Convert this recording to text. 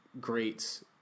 great